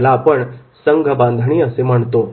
याला संघबांधणी असे म्हणतात